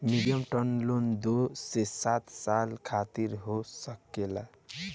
medium term loan दू से सात साल खातिर हो सकेला